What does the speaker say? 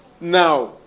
Now